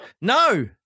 No